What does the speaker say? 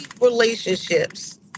relationships